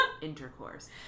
intercourse